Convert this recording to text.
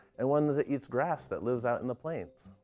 and one that that eats grass that lives out in the plains.